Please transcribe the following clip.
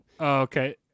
okay